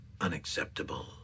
Unacceptable